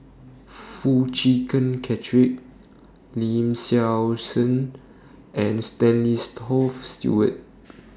Foo Chee Keng Cedric Lee Seow Ser and Stanley's Toft Stewart